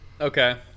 okay